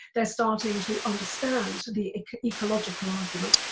they're starting to understand the ecological argument.